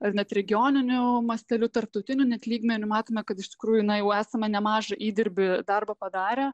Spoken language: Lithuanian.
ar net regioniniu masteliu tarptautiniu net lygmeniu matome kad iš tikrųjų na jau esame nemažą įdirbį darbą padarę